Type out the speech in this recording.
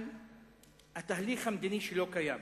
אני רוצה לדבר על התהליך המדיני שלא קיים,